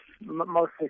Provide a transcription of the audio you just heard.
mostly